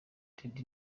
daddy